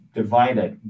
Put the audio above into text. divided